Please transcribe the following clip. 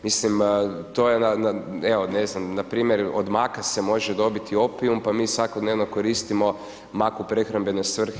Mislim to je evo ne znam npr. od maka se može dobiti opijum pa mi svakodnevno koristimo mak u prehrambene svrhe.